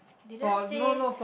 they just say